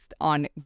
on